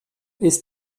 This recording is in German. ist